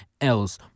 Else